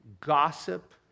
gossip